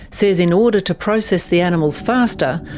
says in order to process the animals faster,